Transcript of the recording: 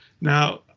now